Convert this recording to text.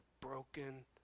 broken